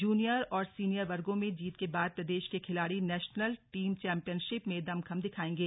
junior और senior वर्गो में जीत के बाद प्रदेश के खिलाड़ी नेशलन टीम चैम्पियनशिप में दमखम दिखाएंगे